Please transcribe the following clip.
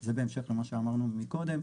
זה בהשמך למה שאמרנו מקודם,